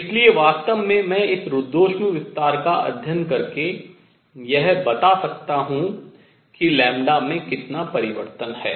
इसलिए मैं वास्तव में इस रुद्धोष्म विस्तार का अध्ययन करके यह बता सकता हूँ कि में कितना परिवर्तन है